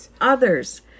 others